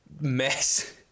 mess